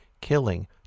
killing